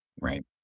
Right